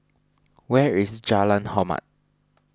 where is Jalan Hormat